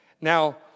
Now